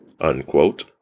unquote